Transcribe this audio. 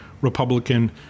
Republican